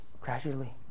gradually